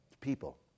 People